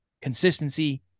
consistency